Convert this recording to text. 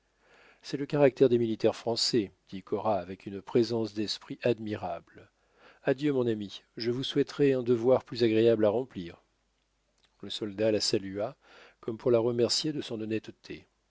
c'est le caractère des militaires français dit cora avec une présence d'esprit admirable adieu mon ami je vous souhaiterais un devoir plus agréable à remplir le soldat la salua comme pour la remercier de son honnêteté